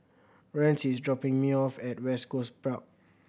Rance is dropping me off at West Coast